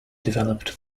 developed